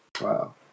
Wow